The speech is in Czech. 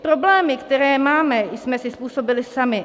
Problémy, které máme, jsme si způsobili sami.